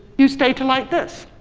use data like this.